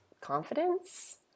confidence